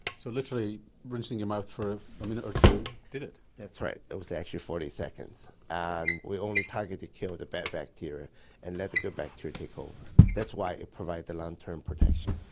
so literally rinsing your mouth for a minute or two did it. that's right. it was actually forty seconds. and we only targeted the bad bacteria and let the good bacteria take over. that's why it provides the long term protection.